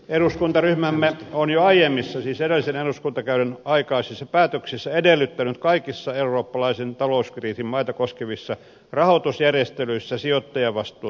eduskuntaryhmämme on jo aiemmissa siis edellisen eduskuntakauden aikaisissa päätöksissä edellyttänyt kaikissa eurooppalaisen talouskriisin maita koskevissa rahoitusjärjestelyissä sijoittajavastuun toteutumista